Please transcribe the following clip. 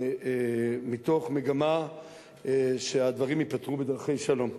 מתוך מגמה שהדברים ייפתרו בדרכי שלום.